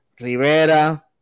Rivera